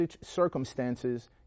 circumstances